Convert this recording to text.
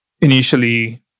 initially